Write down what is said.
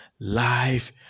Life